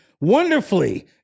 wonderfully